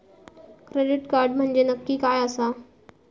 Credit card म्हंजे नक्की काय आसा?